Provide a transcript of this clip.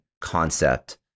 concept